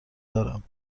دارم